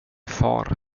far